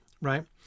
right